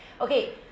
Okay